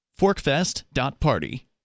Forkfest.party